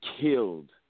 killed